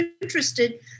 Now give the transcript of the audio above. interested